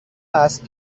است